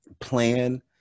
plan